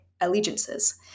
allegiances